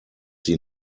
sie